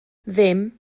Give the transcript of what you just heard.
ddim